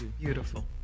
Beautiful